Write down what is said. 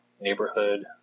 neighborhood